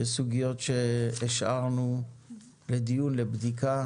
יש סוגיות שהשארנו לדיון, לבדיקה.